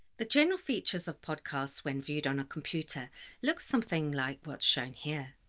the general features of podcasts when viewed on a computer look something like what's shown here,